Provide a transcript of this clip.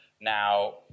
Now